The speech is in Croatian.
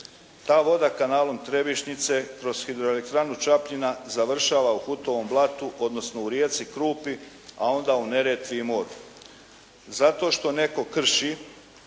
Ta voda kanalom Trebišnjice kroz Hidroelektranu "Čapljina" završava u Hutovom Blatu odnosno u rijeci Krupi a onda u Neretvi i moru. Zato što netko krši